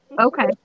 Okay